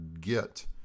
get